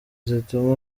zituma